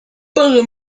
ports